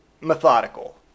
methodical